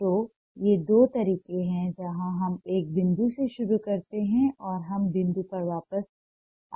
तो ये दो तरीके हैं जहां हम एक बिंदु से शुरू करते हैं और हम बिंदु पर वापस आते हैं